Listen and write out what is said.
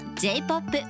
J-pop